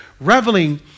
Reveling